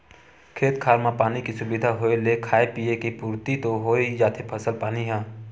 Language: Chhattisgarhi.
खेत खार म पानी के सुबिधा होय ले खाय पींए के पुरति तो होइ जाथे फसल पानी ह